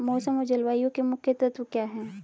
मौसम और जलवायु के मुख्य तत्व क्या हैं?